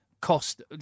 cost